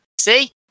See